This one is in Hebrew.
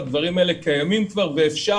ולכן הדברים האלה קיימים כבר ואפשר